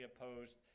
opposed